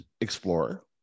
explorer